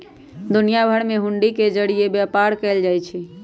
दुनिया भर में हुंडी के जरिये व्यापार कएल जाई छई